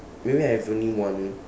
maybe I have only one